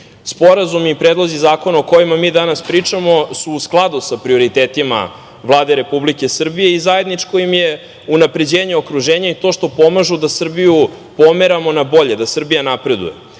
Srbije. Sporazumi i predlozi zakona o kojima mi danas pričamo su u skladu sa prioritetima Vlade Republike Srbije i zajedničko im je unapređenje okruženja i to što pomažu da Srbiju pomeramo na bolje, da Srbija napreduje.